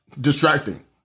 distracting